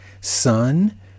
Sun